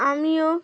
আমিও